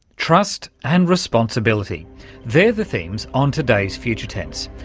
trust and responsibility they're the themes on today's future tense.